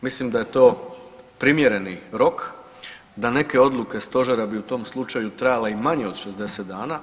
Mislim da je to primjereni rok da neke odluke Stožera bi u tom slučaju trajale i manje od 60 dana.